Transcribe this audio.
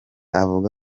akavuga